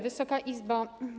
Wysoka Izbo!